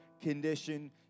condition